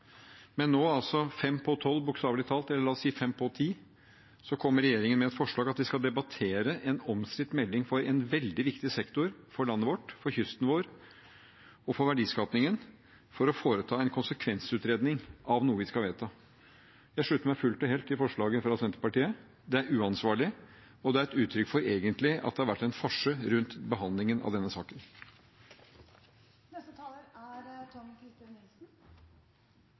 Men nå, bokstavelig talt fem på tolv – eller la oss si fem på ti – kom regjeringspartiene med et forslag om at vi skal debattere en omstridt melding for en veldig viktig sektor for landet vårt, for kysten vår og for verdiskapingen, om å foreta en konsekvensutredning av noe vi skal vedta. Jeg slutter meg fullt og helt til forslaget fra Senterpartiet. Det er uansvarlig, og det er egentlig et uttrykk for at det har vært farse rundt behandlingen av denne saken. Neste taler er Tom-Christer Nilsen.